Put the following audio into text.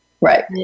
Right